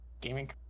gaming